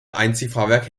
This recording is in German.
einziehfahrwerk